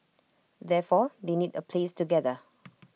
therefore they need A place to gather